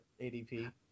ADP